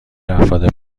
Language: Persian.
افراد